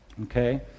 Okay